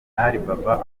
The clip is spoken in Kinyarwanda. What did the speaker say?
alibaba